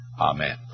Amen